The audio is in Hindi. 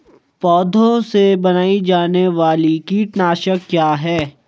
पौधों से बनाई जाने वाली कीटनाशक क्या है?